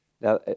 Now